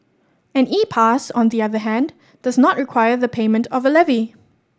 an E Pass on the other hand does not require the payment of a levy